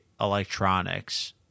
electronics